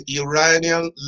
Iranian